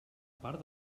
part